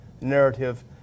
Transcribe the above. narrative